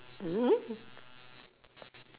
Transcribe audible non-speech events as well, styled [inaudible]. [noise]